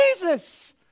Jesus